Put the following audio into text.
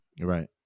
Right